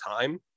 time